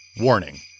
Warning